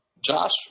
Josh